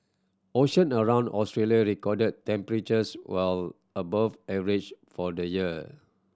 ocean around Australia recorded temperatures well above average for the year